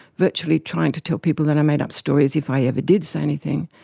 virtually trying to tell people that i made up stories, if i ever did say anything.